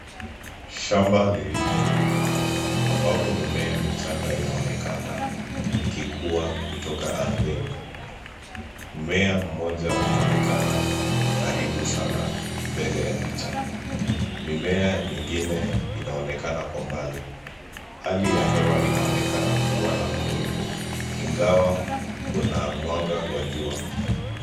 Shamba lililolomwa ambapo mimea michanga inaonekana ikikua kutoka ardhini, mmea mmoja unaonekana kwa karibu sana mbele ya picha, mimea mingine inaonekana kwa mbali, hali ya hewa inaonekana kuwa na mawinu, ingawa kuna mwanga wa jua.